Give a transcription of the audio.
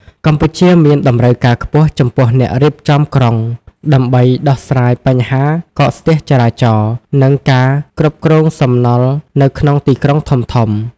កម្ពុជាមានតម្រូវការខ្ពស់ចំពោះអ្នករៀបចំក្រុង ដើម្បីដោះស្រាយបញ្ហាកកស្ទះចរាចរណ៍ និងការគ្រប់គ្រងសំណល់នៅក្នុងទីក្រុងធំៗ។